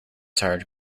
tired